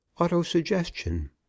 auto-suggestion